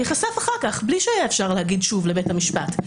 ייחשף אחר כך בלי שיהיה אפשר לומר שוב לבית המשפט.